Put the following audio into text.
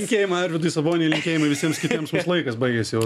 linkėjimai arvydui saboniui linkėjimai visiems kitiems mūsų laikas baigėsi jau